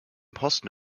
posten